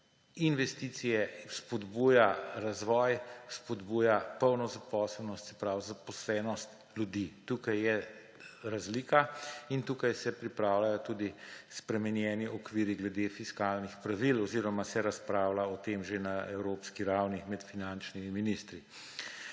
investicije, spodbuja razvoj, spodbuja polno zaposlenost, se pravi zaposlenost ljudi. Tukaj je razlika in tukaj se pripravljajo tudi spremenjeni okvirji glede fiskalnih pravil oziroma se razpravlja o tem že na evropski ravni med finančnimi ministri.